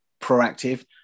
proactive